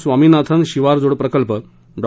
स्वामीनाथन शिवारजोड प्रकल्प डॉ